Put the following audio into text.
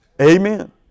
Amen